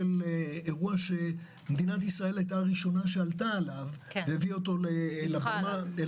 אירוע שמדינת ישראל היתה הראשונה שעלתה עליו והביאה אותו לבמה.